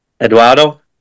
Eduardo